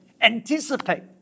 Anticipate